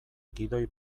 gidoi